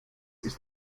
ist